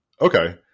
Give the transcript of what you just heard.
okay